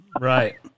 Right